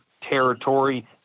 territory